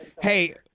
Hey